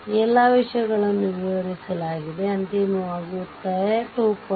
ಆದ್ದರಿಂದ ಈ ಎಲ್ಲಾ ವಿಷಯಗಳನ್ನು ವಿವರಿಸಲಾಗಿದೆ ಅಂತಿಮವಾಗಿ ಉತ್ತರ 2